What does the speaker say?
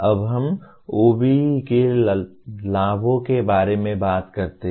अब हम OBE के लाभों के बारे में बात करते हैं